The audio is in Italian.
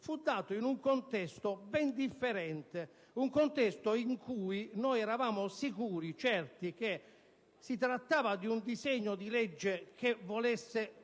fu dato in un contesto ben differente, in cui eravamo sicuri e certi che si trattasse di un disegno di legge che voleva